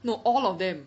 no all of them